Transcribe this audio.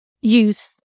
use